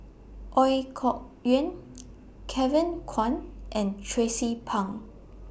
Ooi Kok Chuen Kevin Kwan and Tracie Pang